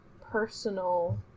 personal